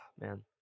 man